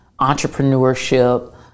entrepreneurship